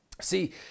See